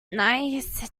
nice